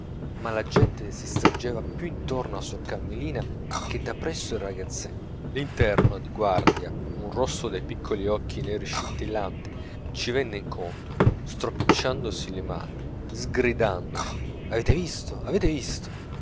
ma la gente si stringeva più intorno a suor carmelina che da presso il ragazzetto l'interno di guardia un rosso dai piccoli occhi neri scintillanti ci venne incontro stropicciandosi le mani gridandoci avete visto avete visto